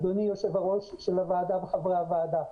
אדוני יושב-ראש הוועדה וחברי הוועדה,